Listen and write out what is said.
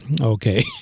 okay